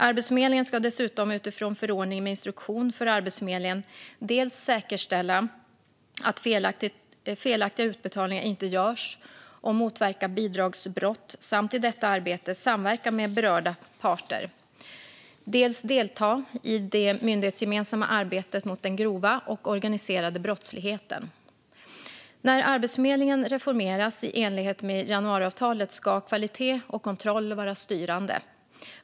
Arbetsförmedlingen ska dessutom utifrån förordning med instruktion för Arbetsförmedlingen dels säkerställa att felaktiga utbetalningar inte görs och motverka bidragsbrott samt i detta arbete samverka med berörda parter, dels delta i det myndighetsgemensamma arbetet mot den grova och organiserade brottsligheten. När Arbetsförmedlingen reformeras i enlighet med januariavtalet ska kvalitet och kontroll vara styrande.